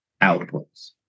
outputs